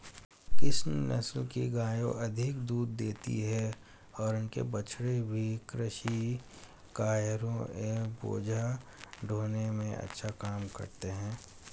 किस नस्ल की गायें अधिक दूध देती हैं और इनके बछड़े भी कृषि कार्यों एवं बोझा ढोने में अच्छा काम करते हैं?